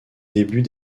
début